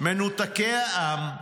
מנותקי העם,